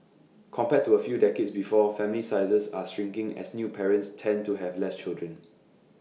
compared to A few decades before family sizes are shrinking as new parents tend to have less children